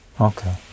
Okay